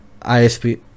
isp